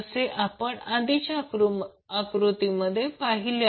जसे आपण आधीच्या आकृती मध्ये पाहिले